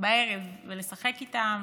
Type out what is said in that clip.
בערב ולשחק איתם,